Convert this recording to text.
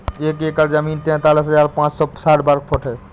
एक एकड़ जमीन तैंतालीस हजार पांच सौ साठ वर्ग फुट है